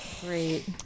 Great